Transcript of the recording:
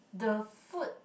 the food